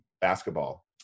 basketball